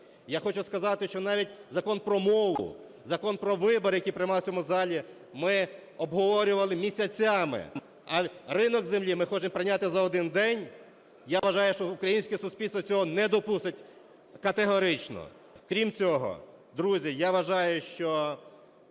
Я хочу сказати, що навіть Закон про мову, Закон про вибори, які приймались в цьому залі, ми обговорювали місяцями, а ринок землі ми хочемо прийняти за один день? Я вважаю, що українське суспільство цього не допустить категорично. Крім цього, друзі, я вважаю, що